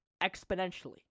exponentially